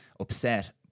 Upset